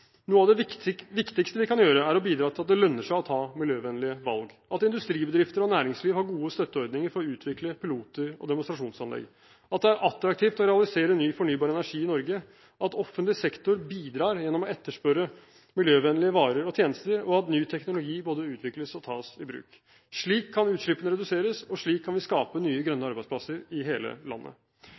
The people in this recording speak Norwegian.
Noe av det viktigste vi kan gjøre, er å bidra til at det lønner seg å ta miljøvennlige valg, at industribedrifter og næringsliv har gode støtteordninger for å utvikle piloter og demonstrasjonsanlegg, at det er attraktivt å realisere ny fornybar energi i Norge, at offentlig sektor bidrar gjennom å etterspørre miljøvennlige varer og tjenester, og at ny teknologi både utvikles og tas i bruk. Slik kan utslippene reduseres, og slik kan vi skape nye grønne arbeidsplasser i hele landet.